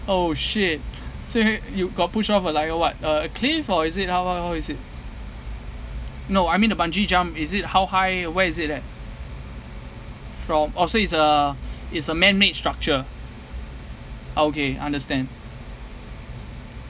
oh shit so he~ you got push off uh like uh what a a cliff or is it how how is it no I mean the bungee jump is it how high where is it at from oh so it's a it's a man-made structure okay understand